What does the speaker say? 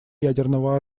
ядерного